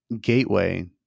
Gateway